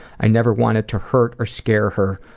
i never wanted to hurt or scare her,